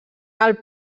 alt